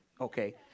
Okay